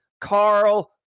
Carl